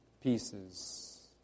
pieces